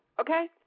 okay